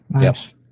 Yes